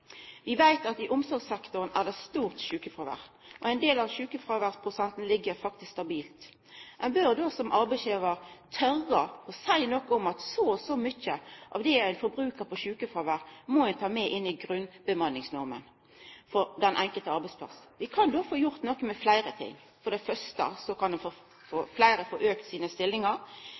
omsorgssektoren er det eit stort sjukefråvær. Ein del av sjukefråværsprosenten ligg faktisk stabilt. Ein bør då som arbeidsgivar tora seia noko om at så og så mykje av det ein brukar på sjukefråvær, må ein ta med i grunnbemanningsnorma for den enkelte arbeidsplass. Ein kan då få gjort noko med fleire ting. Fleire kan få auka stillingane sine. Ein